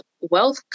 wealth